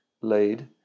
laid